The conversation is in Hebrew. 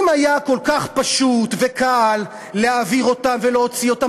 אם היה כל כך פשוט וקל להעביר אותם ולהוציא אותם,